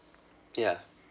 yeah